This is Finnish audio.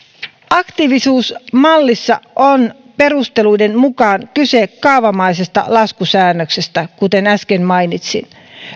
aktiivisuusmallissa on perusteluiden mukaan kyse kaavamaisesta laskusäännöksestä kuten äsken mainitsin